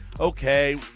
Okay